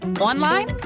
online